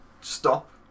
Stop